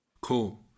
Cool